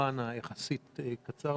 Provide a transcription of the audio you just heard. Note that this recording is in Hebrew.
הזמן היחסית קצר.